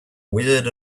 weird